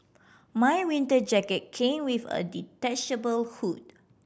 my winter jacket came with a detachable hood